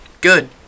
good